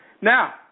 Now